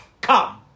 come